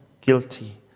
guilty